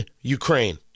Ukraine